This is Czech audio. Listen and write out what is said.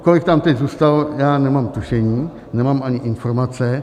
Kolik tam teď zůstalo, já nemám tušení, nemám ani informace.